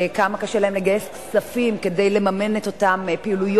כמה קשה להם לגייס כספים כדי לממן את אותן פעילויות,